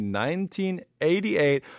1988